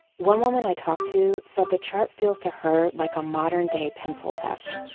one woman i talked to said the chart feels to her like a modern-day pencil test,